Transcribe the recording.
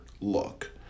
look